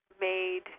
made